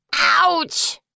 Ouch